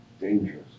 dangerous